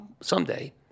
someday